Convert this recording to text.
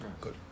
Good